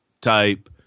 type